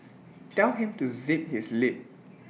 tell him to zip his lip